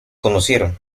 conocieron